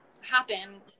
happen